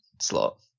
slot